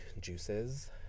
juices